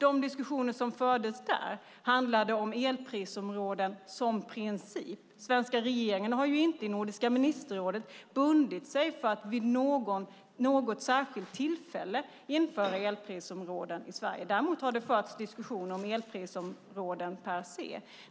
De diskussioner som fördes där handlade om elprisområden som princip. Svenska regeringen har inte i Nordiska ministerrådet bundit sig för att vid något särskilt tillfälle införa elprisområden i Sverige. Däremot har det förts diskussioner om elprisområden per se.